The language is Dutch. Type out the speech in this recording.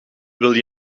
wil